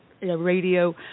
Radio